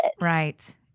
Right